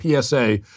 PSA